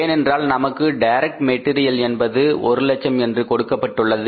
ஏனென்றால் நமக்கு direct material என்பது 100000 என்று கொடுக்கப்பட்டுள்ளது